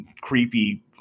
creepy